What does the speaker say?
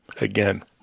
Again